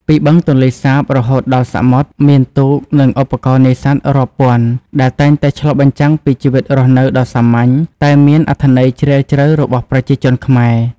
ពីបឹងទន្លេសាបរហូតដល់សមុទ្រ មានទូក និងឧបករណ៍នេសាទរាប់ពាន់ដែលតែងតែឆ្លុះបញ្ចាំងពីជីវិតរស់នៅដ៏សាមញ្ញ តែមានអត្ថន័យជ្រាលជ្រៅរបស់ប្រជាជនខ្មែរ។